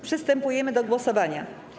Przystępujemy do głosowania.